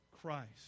Christ